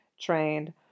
trained